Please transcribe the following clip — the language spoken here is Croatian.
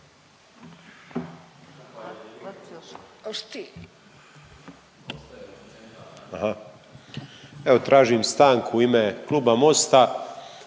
Evo tražim stanku u ime Kluba mosta.